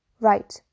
right